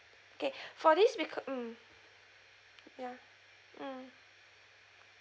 okay for this because~ mm ya mm